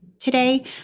Today